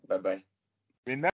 Bye-bye